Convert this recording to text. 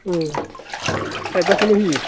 थाइबाखौनो होयो